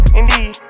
indeed